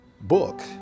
book